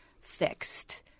fixed